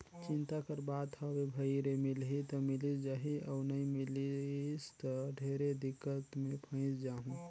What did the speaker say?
चिंता कर बात हवे भई रे मिलही त मिलिस जाही अउ नई मिलिस त ढेरे दिक्कत मे फंयस जाहूँ